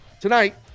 tonight